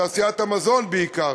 תעשיית המזון בעיקר,